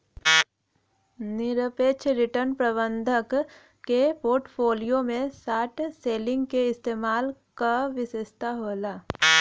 निरपेक्ष रिटर्न प्रबंधक के पोर्टफोलियो में शॉर्ट सेलिंग के इस्तेमाल क विशेषता होला